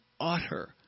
utter